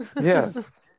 Yes